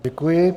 Děkuji.